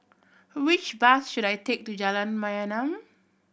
which bus should I take to Jalan Mayaanam